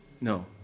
No